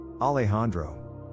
Alejandro